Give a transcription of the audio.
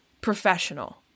professional